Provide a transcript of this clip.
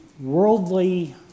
worldly